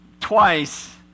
Twice